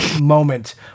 moment